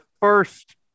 first